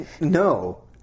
no